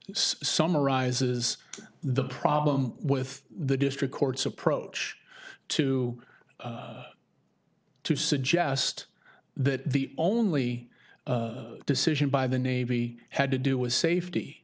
summarizes the problem with the district court's approach to to suggest that the only decision by the navy had to do with safety